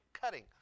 cutting